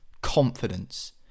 Confidence